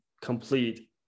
complete